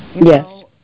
Yes